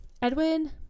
Edwin